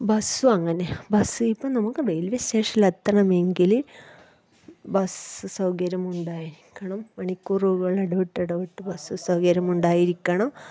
ബസ്സും അങ്ങനെ ബസ്സിപ്പം നമ്മൾക്ക് റെയിൽ വേ സ്റ്റേഷനില് എത്തണമെങ്കില് ബസ്സ് സൗകര്യമുണ്ടായിരിക്കണം മണിക്കൂറുകളെടവിട്ടെടവിട്ട് ബസ്സ് സൗകര്യമുണ്ടായിരിക്കണം